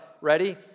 ready